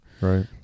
Right